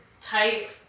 tight